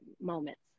moments